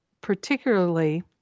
particularly